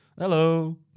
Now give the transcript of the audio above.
Hello